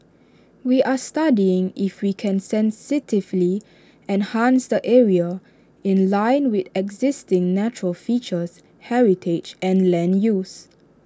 we are studying if we can sensitively enhance the area in line with existing natural features heritage and land use